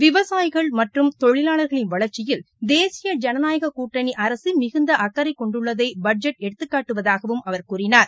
விவசாயிகள் மற்றும் தொழிலாளர்களின் வளர்ச்சியில் தேசிய தேனநாயகக் கூட்டணி அரசு மிகுந்த அக்கறை கொண்டுள்ளதை பட்ஜெட் எடுத்துக்காட்டுவதாகவும் அவர் கூழினார்